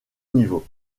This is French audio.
niveaux